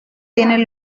tiene